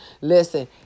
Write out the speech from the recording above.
Listen